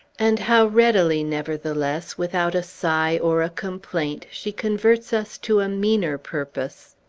and how readily, nevertheless, without a sigh or a complaint, she converts us to a meaner purpose,